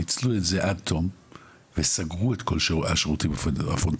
ניצלו את זה עד תום וסגרו את כל השירותים הפרונטליים.